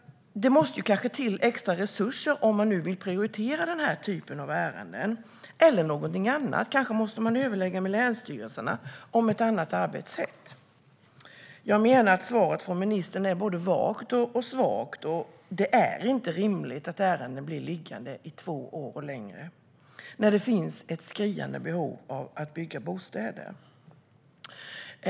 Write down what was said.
Det måste kanske till extra resurser eller någonting annat om man nu vill prioritera den här typen av ärenden. Kanske måste man överlägga med länsstyrelserna om ett annat arbetssätt. Jag menar att svaret från ministern är både vagt och svagt. Det är inte rimligt att ärenden blir liggande i två år och längre när det finns ett skrivande behov av att bygga bostäder.